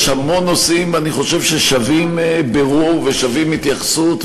יש המון נושאים ששווים בירור והתייחסות,